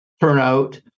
turnout